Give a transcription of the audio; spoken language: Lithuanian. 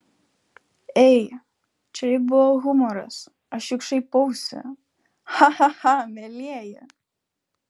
ei čia juk buvo humoras aš juk šaipausi cha cha cha mielieji